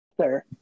sir